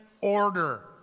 order